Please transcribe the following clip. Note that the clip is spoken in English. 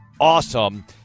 awesome